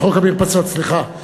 חוק המרפסות, סליחה.